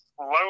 low